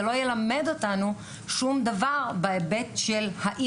זה לא ילמד אותנו שום דבר בהיבט של האם